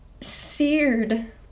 seared